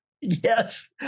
Yes